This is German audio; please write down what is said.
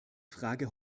frage